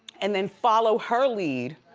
and then follow her lead,